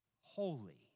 holy